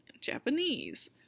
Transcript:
Japanese